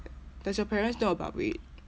does your parents know about it